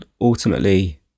ultimately